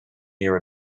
near